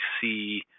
see